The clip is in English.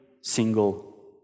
single